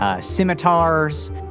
Scimitars